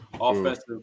Offensive